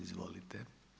Izvolite.